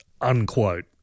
unquote